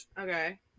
Okay